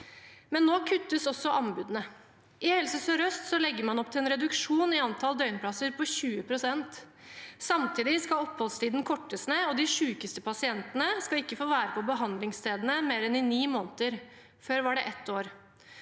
men nå kuttes også anbudene. I Helse sør-øst legger man opp til en reduksjon i antall døgnplasser på 20 pst. Samtidig skal oppholdstiden kortes ned, og de sykeste pasientene skal ikke få være på behandlingsstedene mer enn i ni måneder – før var det ett år.